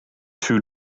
two